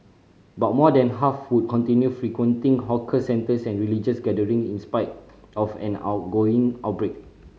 but more than half would continue frequenting hawker centres and religious gathering in spite of an ongoing outbreak